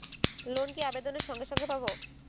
Loan কি আবেদনের সঙ্গে সঙ্গে পাব?